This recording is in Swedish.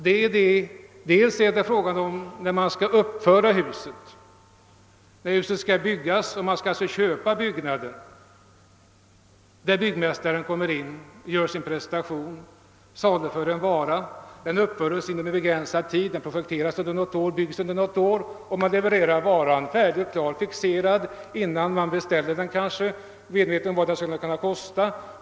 Dels är det frågan om när man skall uppföra husen, dels när byggnaderna förvaltas och alltså lägenheterna hyres ut. Byggmästaren kommer in och gör sin prestation, saluför en vara. Byggnaden uppförs inom en begränsad tid, den projekteras under något år och byggs under något år och man levererar varan färdig och klar, fixerad kanske innan den beställs, medveten om vad den skall kunna kosta.